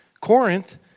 Corinth